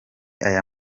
aya